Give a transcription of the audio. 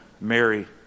Mary